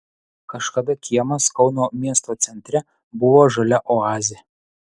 kažkada kiemas kauno miesto centre buvo žalia oazė